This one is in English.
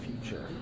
future